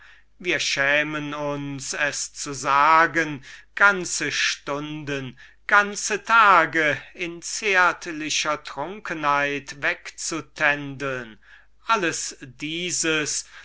wir schämen uns es zu sagen ganze stunden ganze tage in zärtlicher trunkenheit wegzutändeln alles dieses